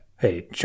Hey